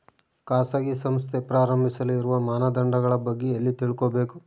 ಖಾಸಗಿ ಸಂಸ್ಥೆ ಪ್ರಾರಂಭಿಸಲು ಇರುವ ಮಾನದಂಡಗಳ ಬಗ್ಗೆ ಎಲ್ಲಿ ತಿಳ್ಕೊಬೇಕು?